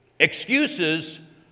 excuses